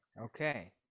okay